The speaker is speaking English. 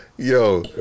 Yo